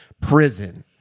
prison